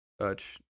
touch